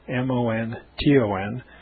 M-O-N-T-O-N